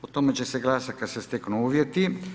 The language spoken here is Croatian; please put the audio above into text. O tome će se glasati kad se steknu uvjeti.